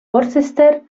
worcester